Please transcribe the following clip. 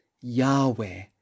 yahweh